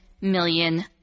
million